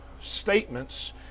statements